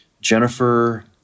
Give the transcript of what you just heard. Jennifer